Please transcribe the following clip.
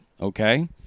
Okay